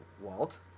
Walt